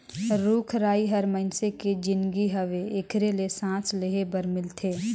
रुख राई हर मइनसे के जीनगी हवे एखरे ले सांस लेहे बर मिलथे